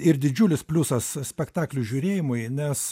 ir didžiulis pliusas spektaklių žiūrėjimui nes